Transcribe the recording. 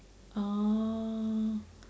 orh